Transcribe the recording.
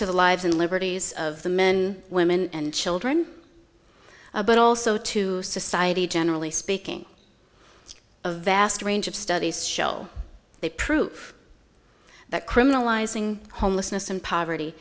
the lives and liberties of the men women and children but also to society generally speaking a vast range of studies show they prove that criminalizing homelessness and poverty